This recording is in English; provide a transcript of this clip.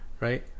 right